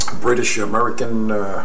British-American